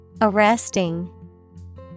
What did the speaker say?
Arresting